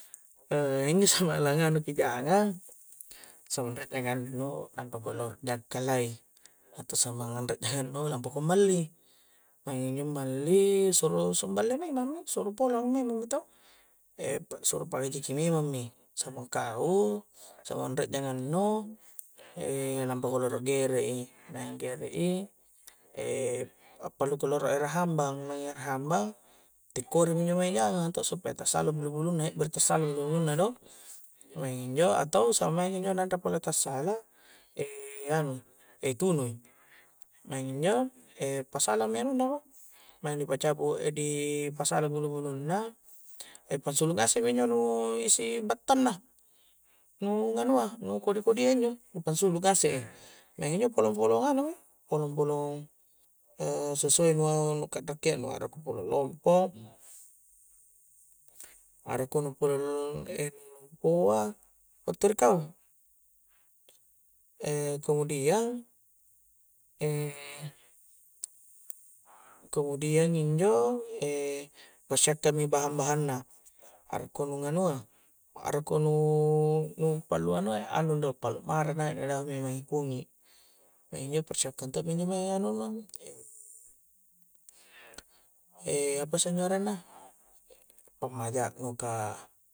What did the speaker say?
inni samang la nganu ki jangang samang riek jangang nu lampa ko rolo jakkala i untuk samang anre jangang nu lampa ko malli maing injo malli suro samballe memang mi suro polong memang mi to suro palajaki memang mi samang kau samang riek jangang nu lampako rolo gerek i maing gerek i appallu ko rolo ere hambang maing ere hambang tikkori mi injo mae jangang a to supaya tassala bulu-bulung na hekbere tassala bulu-bulung na do maing injo atau samang injo na anre pole tassala anu tunui maing injo pasalami anunna mo maing nu pa cabu di pasala bulu-bulunna pangsulu ngasek mi njo nu isi battang na nu nganua nu kodi-kodia injo dipangsulu ngasek i maing injo polong polong anu mi polong-polong sesuai nu-nu kakrakkia nu arakko ku polong lompo arakko nu polong nu lompoa battu ri kau kemudiang kemudiang injo persiapkan mi bahang-bahang na arakko nu nganua arakko nu nu pallu anua anu do pallu mara i naik na dahu i memangi kunyi maing injo persiapkan to' mi injo mae anuna apasse injo arenna pammaja nu ka